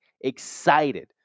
Excited